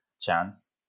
chance